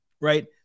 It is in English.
right